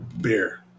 Beer